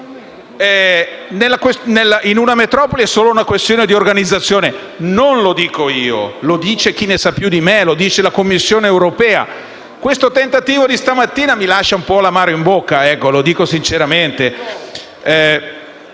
In una metropoli è solo una questione di organizzazione, e non lo dico io ma chi ne sa più di me: lo dice la Commissione europea. Il tentativo di stamattina mi lascia un po' l'amaro in bocca, e lo dico sinceramente.